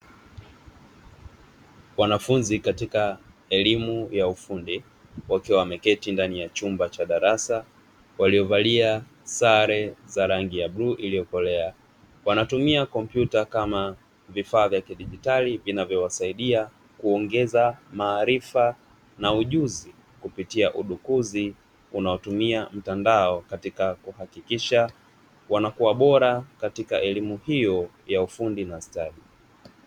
Wanafunzi katika elimu ya ufundi wakiwa wameketi ndani ya chumba cha darasa, waliovalia sare za rangi ya bluu iliyokolea; wanatumia kompyuta kama vifaa vya kidigitali, vinavyowasaidia kuongeza maarifa na ujuzi kupitia udukuzi unaotumia mtandao katika kuhakikisha wanakuwa bora katika elimu hiyo ya ufundi na stadi.